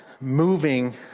moving